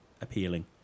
appealing